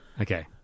Okay